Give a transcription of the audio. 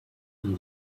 than